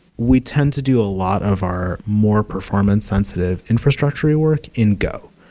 we tend to do a lot of our more performance-sensitive infrastructury work in go.